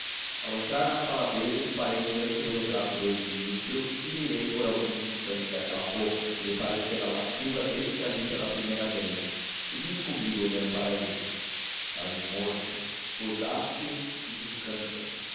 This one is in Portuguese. ao entrar na sala deles parei diante do retrato do ex ministro e mirei por alguns instantes aquela boca que me parecera lasciva desde que a vi pela primeira vez e disse comigo olhando para ele estás morto gozaste e descansas